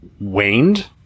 waned